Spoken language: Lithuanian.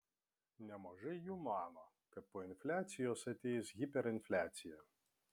nemažai jų mano kad po infliacijos ateis hiperinfliacija